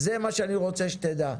זה מה שאני רוצה שתדע.